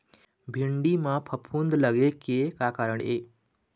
भिंडी म फफूंद लगे के का कारण ये?